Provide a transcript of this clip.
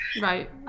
Right